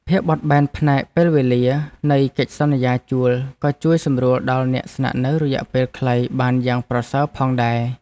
ភាពបត់បែនផ្នែកពេលវេលានៃកិច្ចសន្យាជួលក៏ជួយសម្រួលដល់អ្នកស្នាក់នៅរយៈពេលខ្លីបានយ៉ាងប្រសើរផងដែរ។